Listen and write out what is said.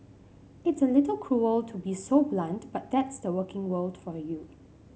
it's a little cruel to be so blunt but that's the working world for you